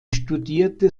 studierte